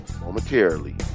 momentarily